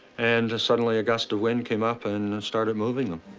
and suddenly, a gust of wind came up and started moving them.